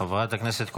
חברת הכנסת כהן,